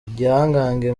igihangange